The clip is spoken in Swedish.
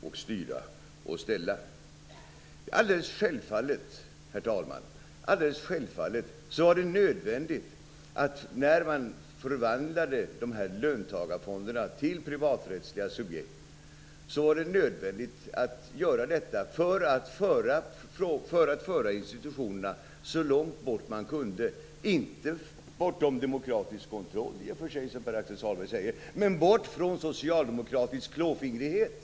Det är alldeles självklart, herr talman, att det var nödvändigt att förvandla löntagarfonderna till privaträttsliga subjekt för att föra institutionerna så långt bort man kunde inte från demokratisk kontroll, som Pär-Axel Sahlberg säger, utan från socialdemokratisk klåfingrighet.